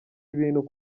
ibintu